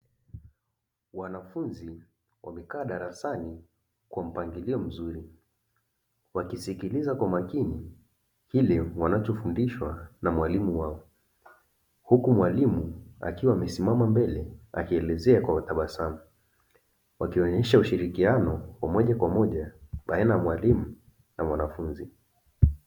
Wanafunzi wamekaa darasani kwa mpangilio mzuri, wakisikiliza kwa makini kile wanachofundishwa na mwalimu wao, huku mwalimu akiwa amesimama mbele akielezea kwa tabasamu, wakionyesha ushirikiano wa moja kwa moja baina ya mwalimu na mwanafunzi.